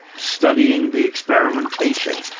studying the experimentation,